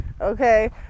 Okay